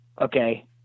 Okay